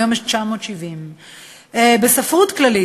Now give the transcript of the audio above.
היום יש 970. בספרות כללית,